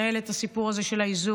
מנהלת את הסיפור הזה של האיזוק,